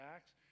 Acts